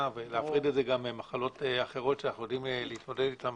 ולהפריד את זה גם ממחלות אחרות שאנחנו יודעים להתמודד אתן